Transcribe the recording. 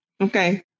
Okay